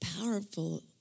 powerful